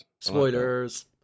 Spoilers